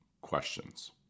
questions